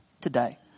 today